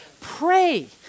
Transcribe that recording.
pray